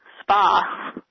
spa